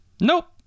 Nope